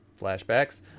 Flashbacks